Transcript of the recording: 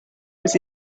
was